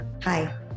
Hi